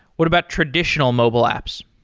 what about traditional mobile apps?